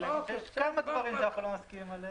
יש כמה דברים שאנחנו לא מסכימים עליהם.